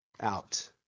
out